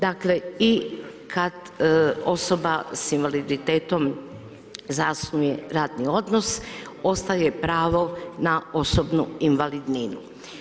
Dakle, i kad osoba s invaliditetom zasnuje radni odnos, ostaje pravo na osobnu invalidninu.